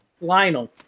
Lionel